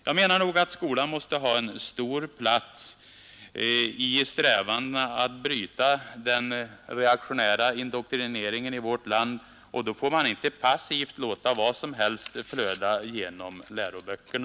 Jag menar att skolan måste ha en stor plats i strävandena att bryta den reaktionära indoktrineringen i vårt land, och då får man inte passivt låta vad som helst flöda genom läroböckerna.